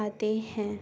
آتے ہیں